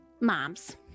moms